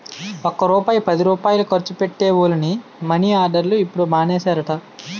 ఒక్క రూపాయి పదిరూపాయలు ఖర్చు పెట్టే వోళ్లని మని ఆర్డర్లు ఇప్పుడు మానేసారట